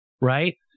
right